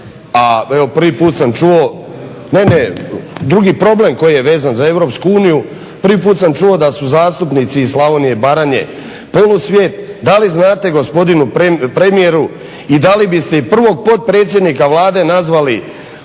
Zoran (HDSSB)** Ne, ne. Drugi problem koji je vezan za EU, prvi put sam čuo da su zastupnici iz Slavonije i Baranje polusvijet, da li znate gospodine premijeru i da li biste i prvog potpredsjednika Vlade nazvali